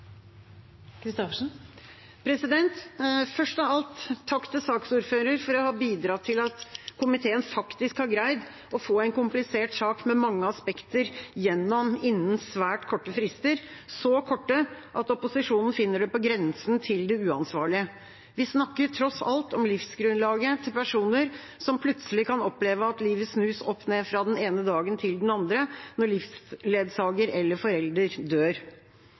Først av alt: Takk til saksordføreren for å ha bidratt til at komiteen faktisk har greid å få en komplisert sak med mange aspekter gjennom innen svært korte frister, så korte at opposisjonen finner det på grensen til det uansvarlige. Vi snakker tross alt om livsgrunnlaget til personer som plutselig kan oppleve at livet snus opp ned fra den ene dagen til den andre, når livsledsager eller forelder dør.